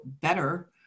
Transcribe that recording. better